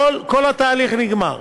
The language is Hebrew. כל התהליך נגמר.